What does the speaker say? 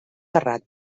terrat